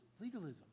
legalism